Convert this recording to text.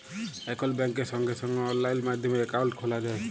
এখল ব্যাংকে সঙ্গে সঙ্গে অললাইন মাধ্যমে একাউন্ট খ্যলা যায়